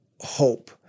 hope